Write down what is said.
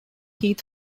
heath